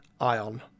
Ion